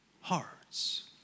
hearts